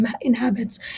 inhabits